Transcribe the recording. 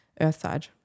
Earthside